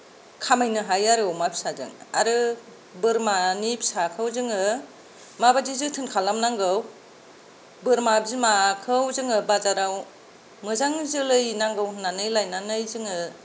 खामायनो हायो आरो अमा फिसाजों आरो बोरमानि फिसाखौ जोङो माबायदि जोथोन खालामनांगौ बोरमा बिमाखौ जोङो बाजाराव मोजां जोलै नांगौ होननानै लायनानै जोङो